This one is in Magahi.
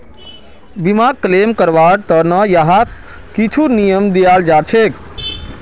बीमाक क्लेम करवार त न यहात कुछु नियम दियाल जा छेक